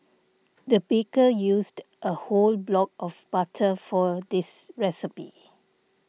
the baker used a whole block of butter for this recipe